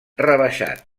rebaixat